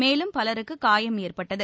மேலும் பலருக்கு காயம் ஏற்பட்டது